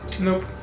Nope